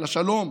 על השלום,